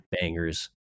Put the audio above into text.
bangers